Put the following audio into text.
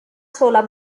sola